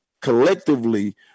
collectively